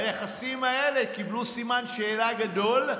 היחסים האלה קיבלו סימן שאלה גדול,